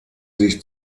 sich